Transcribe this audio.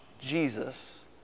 Jesus